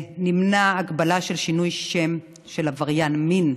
ונמנע הגבלה של שינוי שם של עבריין מין,